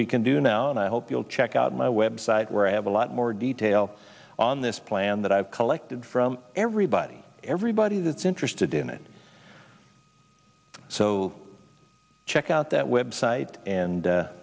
we can do now and i hope you'll check out my website where i have a lot more detail on this plan that i've collected from everybody everybody that's interested in it so check out that website and